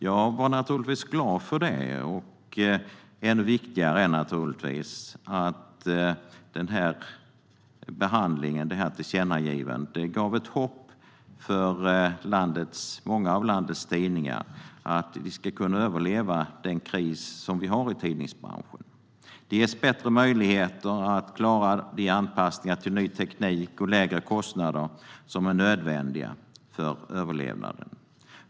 Jag var naturligtvis glad för det, men ännu viktigare är naturligtvis att tillkännagivandet gav ett hopp till många av landets tidningar att de skulle kunna överleva den kris som finns i tidningsbranschen. De får bättre möjligheter att klara av anpassningar till ny teknik och lägre kostnader som är nödvändiga för överlevnaden.